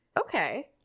Okay